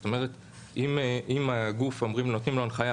זאת אומרת אם נותנים לגוף עכשיו הנחיה: